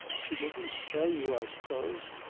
she didn't tell you, i suppose?